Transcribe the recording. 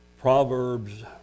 Proverbs